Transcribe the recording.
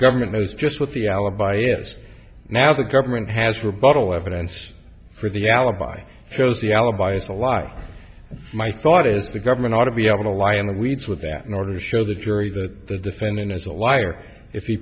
government knows just what the alibi s now the government has rebuttal evidence for the alibi shows the alibi is a lie my thought is the government ought to be able to lie in the weeds with that in order to show the jury that the defendant is a liar if he